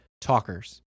talkers